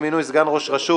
(הקדמת המועד לתשלום גמלה),